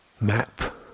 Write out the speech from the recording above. map